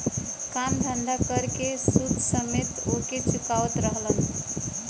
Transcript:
काम धंधा कर के सूद समेत ओके चुकावत रहलन